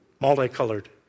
Multicolored